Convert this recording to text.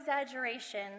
exaggeration